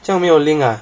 这样没有 link ah